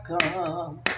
come